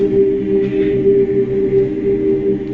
a